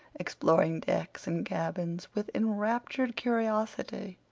exploring decks and cabins with enraptured curiosity.